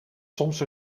soms